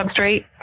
substrate